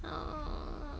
err